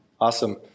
Awesome